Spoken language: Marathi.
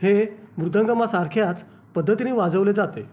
हे मृदंगमासारख्याच पद्धतीने वाजवले जाते